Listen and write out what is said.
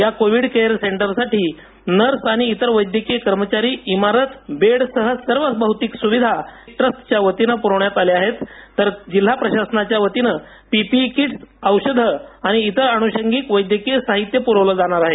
या covid care सेंटरसाठी nurse आणि इतर वैद्यकीय कर्मचारी इमारत बेड सह सर्व भौतिक सुविधा ट्रस्टच्यावतीने पुरवण्यात आले आहेत तर जिल्हा प्रशासनाच्यावतीने पी पी इ किटस औषध आणि इतर अनुषंगिक वैद्यकीय साहित्य पुरवलं जाणार आहे